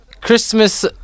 Christmas